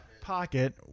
pocket